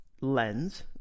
lens